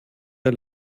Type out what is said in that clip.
der